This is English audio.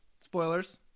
Spoilers